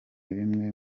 bimwe